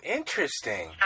interesting